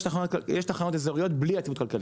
יש תחנות אזוריות בלי יציבות כלכלית.